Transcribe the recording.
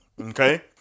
Okay